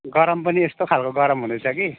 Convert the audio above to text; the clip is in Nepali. गरम पनि यस्तो खालको गरम हँदैछ कि